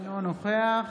אינו נוכח